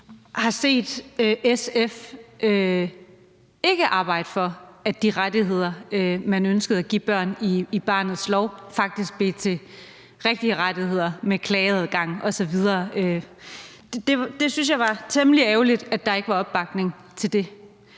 har set SF arbejde for, at de rettigheder, man ønskede at give børn i barnets lov, faktisk blev til rigtige rettigheder med klageadgang osv. Det synes jeg var temmelig ærgerligt at der ikke var opbakning til.